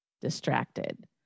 distracted